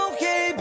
Okay